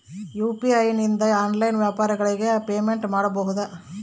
UPI ನಿಂದ online ವ್ಯಾಪಾರಗಳಿಗೆ payment ಮಾಡಬಹುದಾ?